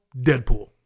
Deadpool